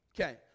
Okay